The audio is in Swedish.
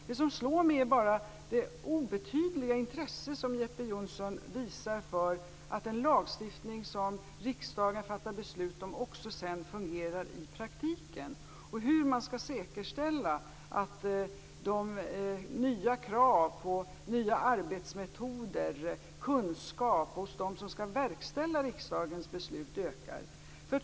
Det som slår mig är det obetydliga intresse som Jeppe Johnsson visar för att en lagstiftning som riksdagen fattar beslut om också sedan fungerar i praktiken och hur man skall säkerställa att kraven på nya arbetsmetoder tillgodoses och att kunskapen hos dem som skall verkställa riksdagens beslut ökar.